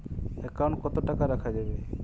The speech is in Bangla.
একাউন্ট কত টাকা রাখা যাবে?